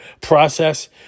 process